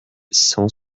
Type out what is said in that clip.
cent